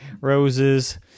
roses